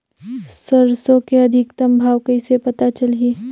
सरसो के अधिकतम भाव कइसे पता चलही?